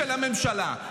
של הממשלה.